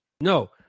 No